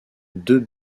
deux